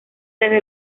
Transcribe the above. desde